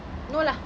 no lah